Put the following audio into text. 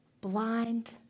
blind